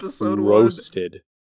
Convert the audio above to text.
roasted